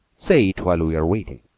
say it while we are waiting,